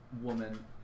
woman